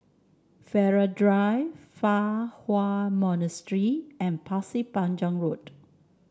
Farrer Drive Fa Hua Monastery and Pasir Panjang Road